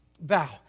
bow